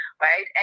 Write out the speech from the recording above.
right